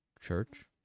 Church